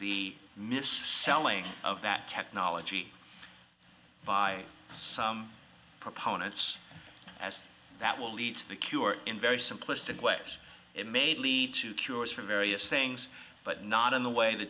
the mis selling of that technology by proponents as that will lead to the cure in very simplistic way it made lead to cures for various things but not in the way the